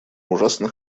ужасно